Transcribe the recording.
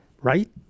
Right